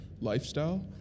lifestyle